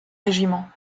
régiment